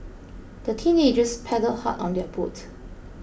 the teenagers paddled hard on their boat